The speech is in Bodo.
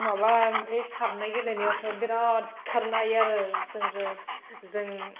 माबा बे खारनाय गेलेनायावथ' बिराद खारनो हायो आरो जोंजों जों